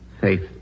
faith